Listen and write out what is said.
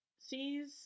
sees